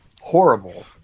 Horrible